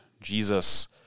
Jesus